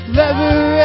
lover